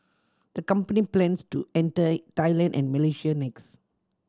the company plans to enter Thailand and Malaysia next